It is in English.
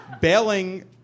bailing